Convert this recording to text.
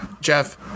Jeff